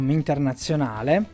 internazionale